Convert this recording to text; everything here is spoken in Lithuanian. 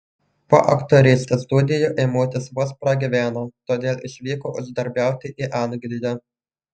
po aktorystės studijų eimutis vos pragyveno todėl išvyko uždarbiauti į angliją